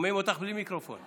שומעים אותך בלי מיקרופון.